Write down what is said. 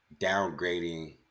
downgrading